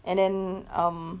and then um